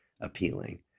appealing